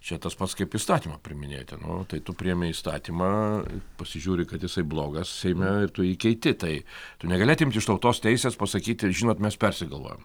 čia tas pats kaip įstatymą priiminėti nu tai tu priimi įstatymą pasižiūri kad jisai blogas seime ir tu jį keiti tai tu negali atimt iš tautos teisės pasakyti žinot mes persigalvojom